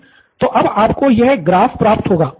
निथिन तो अब आपको यह ग्राफ प्राप्त होगा